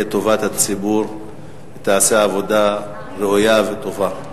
טובת הציבור ותעשה עבודה טובה וראויה.